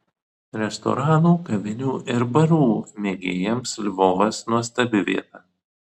restoranų kavinių ir barų mėgėjams lvovas nuostabi vieta